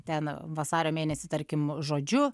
ten vasario mėnesį tarkim žodžiu